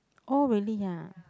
oh really ah